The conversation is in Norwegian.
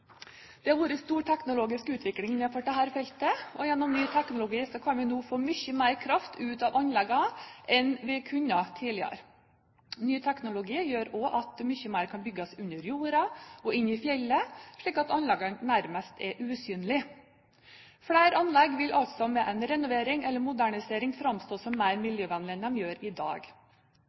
Det har vært en stor teknologisk utvikling innenfor dette feltet. Gjennom ny teknologi kan vi nå få mye mer kraft ut av anleggene enn vi kunne tidligere. Ny teknologi gjør også at mye mer kan bygges under jorden og inne i fjellet, slik at anleggene nærmest er usynlige. Flere anlegg vil altså med en renovering eller modernisering framstå som mer miljøvennlig enn de gjør i dag.